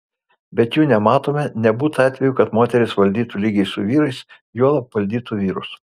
bet jų nematome nebūta atvejų kad moterys valdytų lygiai su vyrais juolab valdytų vyrus